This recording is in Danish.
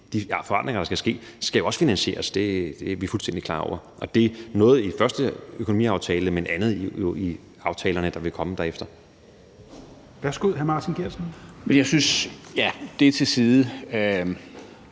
de forandringer, der skal ske, skal jo også finansieres, det er vi fuldstændig klar over – noget i første økonomiaftale, men andet jo i aftalerne, der vil komme derefter. Kl. 10:48 Fjerde næstformand